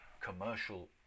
commercial